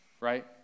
right